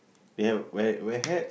you have wear wear hats